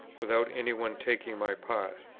without any one's taking my part.